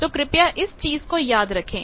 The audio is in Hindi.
तो कृपया इस चीज को याद रखें